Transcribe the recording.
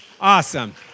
Awesome